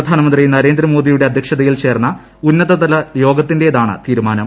പ്രധാനമന്ത്രി നരേന്ദ്രമോദിയുടെ അധ്യക്ഷതയിൽ ചേർന്ന് ഉന്നത തല യോഗത്തിന്റേതാണ് തീരുമാനം